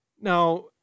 Now